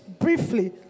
briefly